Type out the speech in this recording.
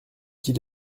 qu’il